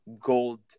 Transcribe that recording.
gold